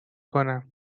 کنم